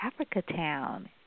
Africatown